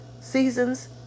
Seasons